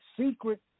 secret